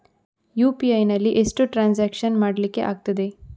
UPI ನಲ್ಲಿ ಎಷ್ಟು transaction ಮಾಡ್ಲಿಕ್ಕೆ ಆಗ್ತದೆ?